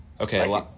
Okay